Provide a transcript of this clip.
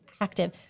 active